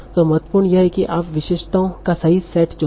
तों महत्वपूर्ण यह है की आप विशेषताएं का सही सेट चुने